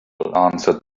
answered